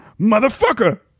Motherfucker